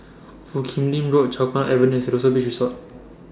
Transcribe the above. Foo Kim Lin Road Chempaka Avenue Siloso Beach Resort